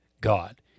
God